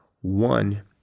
one